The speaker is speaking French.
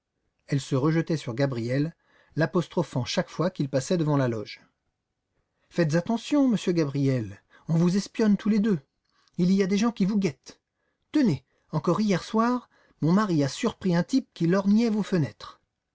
elle se rejetait sur gabriel l'apostrophant chaque fois qu'il passait devant la loge faites attention monsieur gabriel on vous espionne tous les deux il y a des gens qui vous guettent tenez encore hier soir mon mari a surpris un type qui lorgnait vos fenêtres